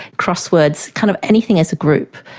crosswords, kind of anything as a group.